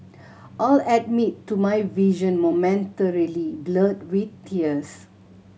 I'll admit to my vision momentarily blurred with tears